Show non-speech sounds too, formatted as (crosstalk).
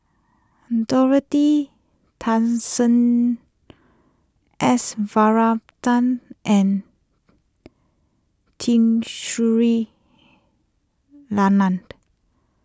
Dorothy Tessensohn S Varathan and Tun Sri Lanang (noise)